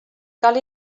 cal